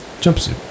jumpsuit